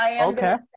Okay